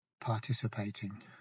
participating